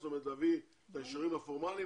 זאת אומרת להביא את האישורים הפורמליים